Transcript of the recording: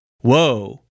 whoa